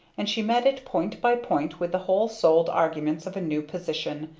and she met it point by point with the whole-souled arguments of a new position,